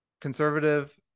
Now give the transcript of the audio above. conservative